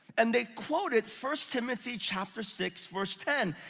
and they quoted first timothy chapter six verse ten.